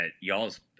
y'all's